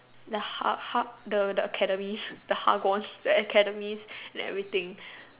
the ha~ ha~ the the academies the the academies and everything